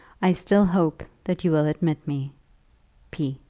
i still hope that you will admit me p.